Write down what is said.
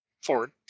forward